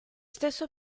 stesso